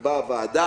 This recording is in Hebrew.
תקבע הוועדה,